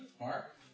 Mark